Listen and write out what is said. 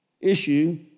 issue